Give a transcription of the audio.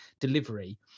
delivery